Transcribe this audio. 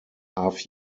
half